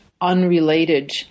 unrelated